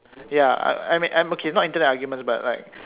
ya I I mean okay not Internet arguments but like